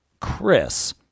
Chris